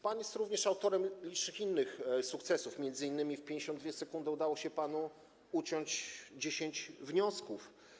Pan jest również autorem licznych innych sukcesów, m.in. w 52 sekundy udało się panu uciąć 10 wniosków.